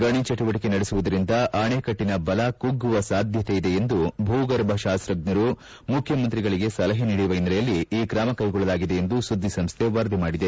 ಗಣಿ ಚಟುವಟಕೆ ನಡೆಸುವುದರಿಂದ ಅಣ್ಣಕಟ್ಟನ ಬಲ ಕುಗ್ಗುವ ಸಾಧ್ಯತೆ ಇದೆ ಎಂದು ಭೂಗರ್ಭ ಶಾಸ್ತಜ್ಞರು ಮುಖ್ಯಮಂತ್ರಿಗಳಿಗೆ ಸಲಹೆ ನೀಡಿರುವ ಹಿನ್ನಲೆಯಲ್ಲಿ ಈ ತ್ರಮಗೊಳ್ಳಲಾಗಿದೆ ಎಂದು ಸುದ್ವಿಸಂಸ್ಟೆ ವರದಿ ಮಾಡಿದೆ